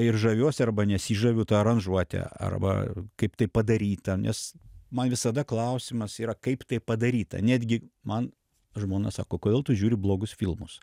ir žaviuosi arba nesižaviu ta aranžuote arba kaip tai padaryta nes man visada klausimas yra kaip tai padaryta netgi man žmona sako kodėl tu žiūri blogus filmus